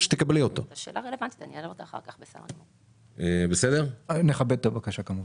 אנחנו כמובן נכבד את הבקשה.